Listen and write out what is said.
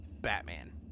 Batman